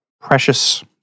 precious